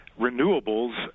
renewables